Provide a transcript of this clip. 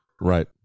right